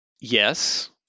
Yes